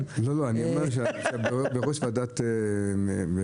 אני אומר שבראש ועדת משנה.